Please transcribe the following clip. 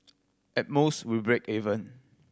at most we break even